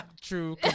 True